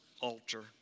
altar